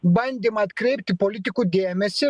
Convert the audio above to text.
bandymą atkreipti politikų dėmesį